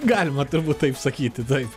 galima turbūt taip sakyti taip